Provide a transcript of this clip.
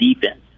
defense